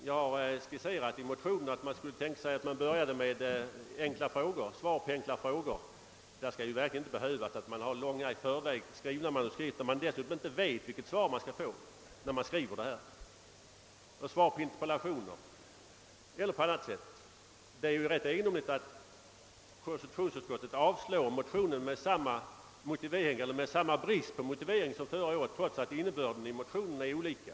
Jag har i motionen skisserat att man kunde tänka sig att börja med debatter i samband med enkla frågor och interpellationer. Här är det verkligen inte behövligt att ha långa, i förväg skrivna manuskript, när man dessutom inte medan man skriver det vet vilket svar man skall få. Det är rätt egendomligt att konstitutionsutskottet avstyrker motionen med samma motivering eller snarare med samma brist på motivering som förra året, trots att motionernas innebörd är olika.